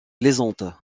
plaisante